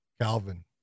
Calvin